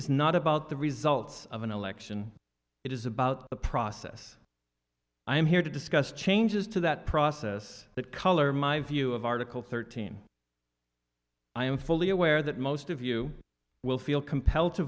is not about the results of an election it is about a process i am here to discuss changes to that process that color my view of article thirteen i am fully aware that most of you will feel compelled to